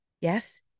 Yes